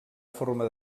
forma